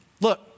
look